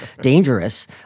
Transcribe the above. dangerous